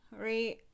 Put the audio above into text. right